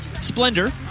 Splendor